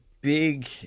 big